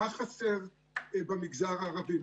מה חסר במגזר הערבי.